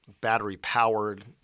battery-powered